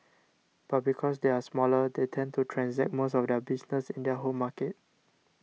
but because they are smaller they tend to transact most of their business in their home markets